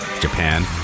Japan